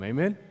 Amen